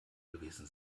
gewesen